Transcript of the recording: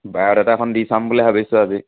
বায়'ডাটাখন দি চাম বুলি ভাবিছোঁ আজি